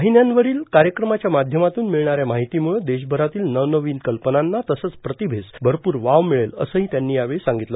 वाहिन्यांवरील कार्यक्रमाच्या माध्यमातून मिळणाऱ्या माहितीम्ळं देशभरातील नवनवीन कल्पनांना तसंच प्रतीभेस भरपूर वाव मिळेल असंही त्यांनी यावेळी सांगितलं